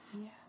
Yes